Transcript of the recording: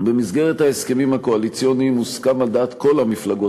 במסגרת ההסכמים הקואליציוניים הוסכם על דעת כל המפלגות